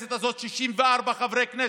הכנסת הזאת, 64 חברי כנסת,